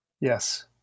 Yes